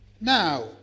Now